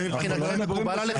אז זה מבחינתכם מקובל עליכם?